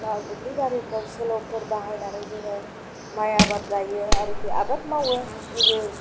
माइ दुब्लिबारिफोराव सेल' बाहायनानै जोङो माइ आबाद गायो आरोखि आबाद मावो नैबे